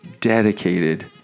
dedicated